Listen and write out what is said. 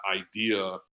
idea